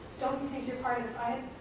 don't you think you're part of the